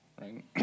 Right